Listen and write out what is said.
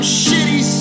shitty